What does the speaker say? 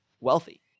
wealthy